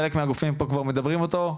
חלק מהגופים פה כבר מדברים אותו,